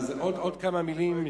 אז עוד כמה מלים.